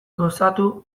gozatu